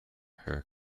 her